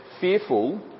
fearful